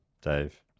dave